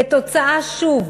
כתוצאה, שוב,